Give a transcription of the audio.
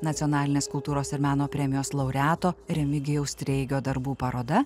nacionalinės kultūros ir meno premijos laureato remigijaus treigio darbų paroda